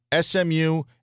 SMU